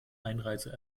einreise